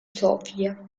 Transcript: sophia